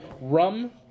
rum